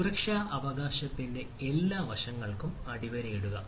സുരക്ഷാ അവകാശത്തിന്റെ എല്ലാ വശങ്ങൾക്കും അടിവരയിടുക